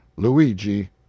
Luigi